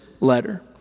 letter